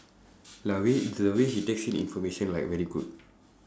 like the way the way he takes in information like very good